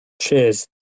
Cheers